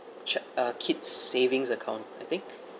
chil~ kids savings account I think